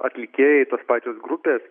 atlikėjai tos pačios grupės